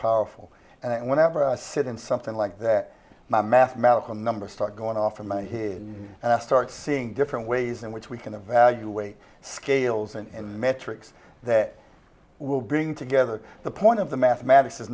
powerful and whenever i sit in something like that my mathematical numbers start going off from here and i start seeing different ways in which we can evaluate scales and metrics that will bring together the point of the mathematics is